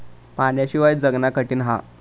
पाण्याशिवाय जगना कठीन हा